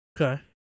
Okay